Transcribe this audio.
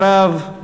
אחריו,